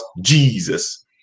Jesus